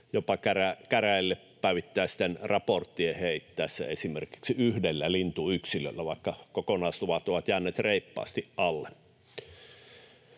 jopa käräjille päivittäisten raporttien heittäessä esimerkiksi yhdellä lintuyksilöllä, vaikka kokonaisluvat ovat jääneet reippaasti alle.